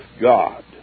God